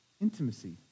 Intimacy